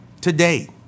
today